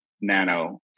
nano